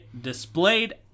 displayed